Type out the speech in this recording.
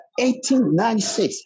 1896